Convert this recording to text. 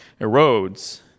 erodes